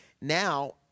Now